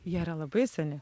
jie yra labai seni